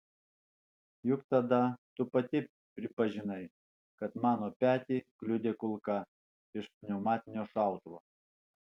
juk tada tu pati pripažinai kad mano petį kliudė kulka iš pneumatinio šautuvo